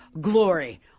Glory